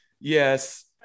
Yes